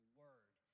word